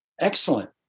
Excellent